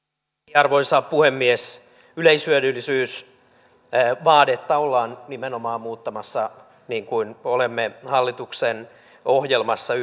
arvoisa puhemies yleishyödyllisyysvaadetta ollaan nimenomaan muuttamassa niin kuin olemme hallituksen ohjelmassa